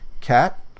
cat